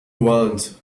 want